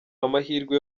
amahirwe